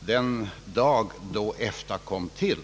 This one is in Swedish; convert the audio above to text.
den dag EFTA kom till.